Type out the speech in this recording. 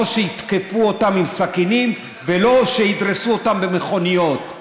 לא שיתקפו אותם עם סכינים ולא שידרסו אותם במכוניות.